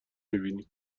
میبینی